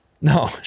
No